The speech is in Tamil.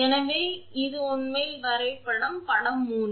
எனவே இது உண்மையில் வரைபடம் படம் 3